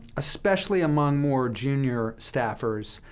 especially among more junior staffers,